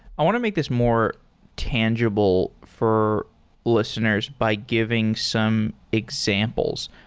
i want to make this more tangible for listeners by giving some examples.